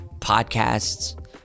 podcasts